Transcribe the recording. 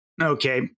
Okay